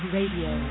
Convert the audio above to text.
Radio